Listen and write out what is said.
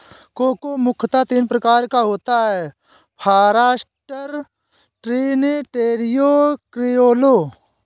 cocoa मुख्यतः तीन प्रकार का होता है फारास्टर, ट्रिनिटेरियो, क्रिओलो